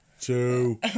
two